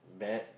bad